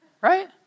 Right